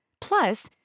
Plus